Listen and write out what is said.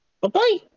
Bye-bye